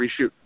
reshoot